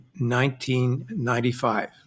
1995